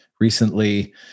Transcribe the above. recently